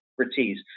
expertise